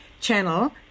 channel